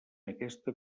aquesta